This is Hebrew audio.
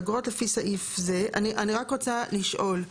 אני רק רוצה לשאול,